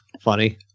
funny